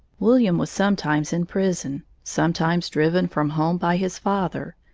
william was sometimes in prison, sometimes driven from home by his father,